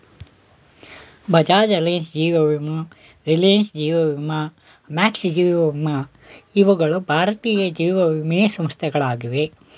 Bajaj Allianz, ಜೀವ ವಿಮಾ ರಿಲಯನ್ಸ್, ಜೀವ ವಿಮಾ ಮ್ಯಾಕ್ಸ್, ಜೀವ ವಿಮಾ ಇವುಗಳ ಭಾರತೀಯ ಜೀವವಿಮೆ ಸಂಸ್ಥೆಗಳಾಗಿವೆ